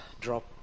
drop